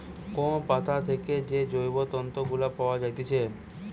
কোন পাতা থেকে যে জৈব তন্তু গুলা পায়া যাইতেছে